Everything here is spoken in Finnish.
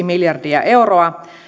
miljardia euroa